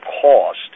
cost